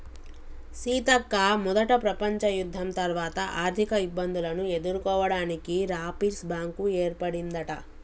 సీతక్క మొదట ప్రపంచ యుద్ధం తర్వాత ఆర్థిక ఇబ్బందులను ఎదుర్కోవడానికి రాపిర్స్ బ్యాంకు ఏర్పడిందట